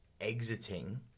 exiting